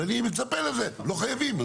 ואני מצפה לזה, לא חייבים.